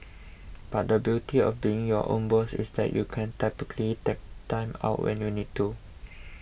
but the beauty of being your own boss is that you can typically take Time Out when you need to